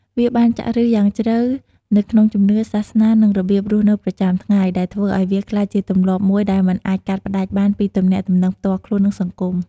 វាបានចាក់ឫសយ៉ាងជ្រៅនៅក្នុងជំនឿ សាសនា និងរបៀបរស់នៅប្រចាំថ្ងៃ ដែលធ្វើឱ្យវាក្លាយជាទម្លាប់មួយដែលមិនអាចកាត់ផ្តាច់បានពីទំនាក់ទំនងផ្ទាល់ខ្លួន និងសង្គម។